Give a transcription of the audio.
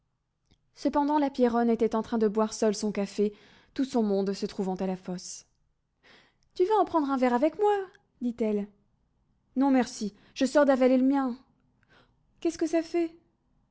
cependant la pierronne était en train de boire seule son café tout son monde se trouvant à la fosse tu vas en prendre un verre avec moi dit-elle non merci je sors d'avaler le mien qu'est-ce que ça fait